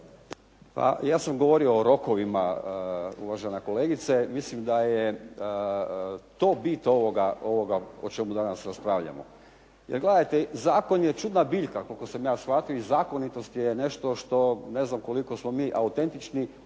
Ja sam govorio o rokovima, uvažena kolegice. Mislim da je to bit ovoga o čemu danas raspravljamo. Jer gledajte, zakon je čudna biljka koliko sam ja shvatio i zakonitost je nešto što, ne znam koliko smo mi autentični